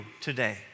today